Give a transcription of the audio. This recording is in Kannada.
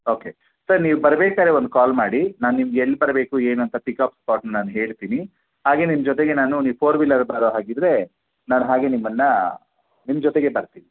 ಓಕೆ ಸರ್ ನೀವು ಬರಬೇಕಾದ್ರೆ ಒಂದು ಕಾಲ್ ಮಾಡಿ ನಾನು ನಿಮಗೆ ಎಲ್ಲಿ ಬರಬೇಕು ಏನು ಅಂತ ಪಿಕ್ ಅಪ್ ಸ್ಪಾಟ್ ನಾನು ಹೇಳ್ತೀನಿ ಹಾಗೆ ನಿಮ್ಮ ಜೊತೆಗೆ ನಾನು ಫೋರ್ ವ್ಹೀಲರಲ್ಲಿ ಬರೊ ಹಾಗಿದ್ದರೆ ನಾನು ಹಾಗೆ ನಿಮ್ಮನ್ನು ನಿಮ್ಮ ಜೊತೆಗೆ ಬರ್ತೀನಿ